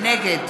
נגד